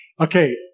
Okay